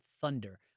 thunder